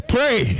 Pray